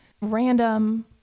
random